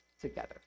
together